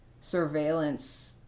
surveillance